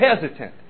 hesitant